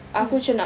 mm